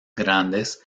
grandes